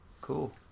Cool